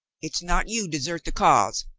it's not you desert the cause,